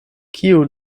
kiu